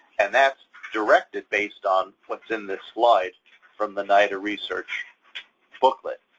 and that's directed based on what's in this slide from the nida research booklet,